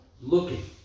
Looking